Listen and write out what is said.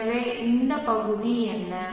எனவே இந்த பகுதி என்ன